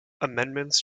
amendments